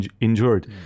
injured